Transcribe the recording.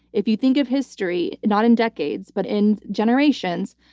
if you think of history, not in decades, but in generations,